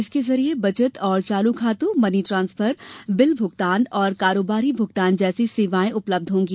इसके जरिये बचत और चालू खातों मनी ट्रांस्फर बिल भूगतान और कारोबारी भूगतान जैसी सेवाएं उपलब्ध होंगी